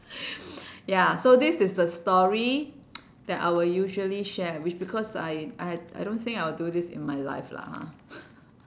ya so this is the story that I will usually share which because I I I don't think I will do this in my life lah ha